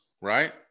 right